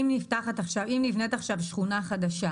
אנחנו לא --- אם כן צפויות לך שנים קשות.